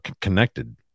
connected